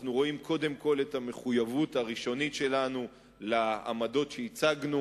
אנחנו רואים קודם כול את המחויבות הראשונית שלנו לעמדות שהצגנו